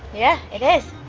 yeah it is!